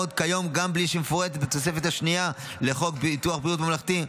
כיום גם בלי שהיא מפורטת בתוספת השנייה לחוק ביטוח בריאות ממלכתי.